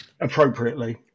appropriately